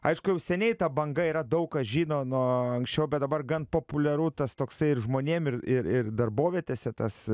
aišku jau seniai ta banga yra daug kas žino nuo anksčiau bet dabar gan populiaru tas toksai ir žmonėm ir ir ir darbovietėse tas